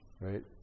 Right